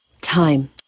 Time